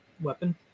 weapon